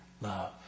love